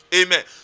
Amen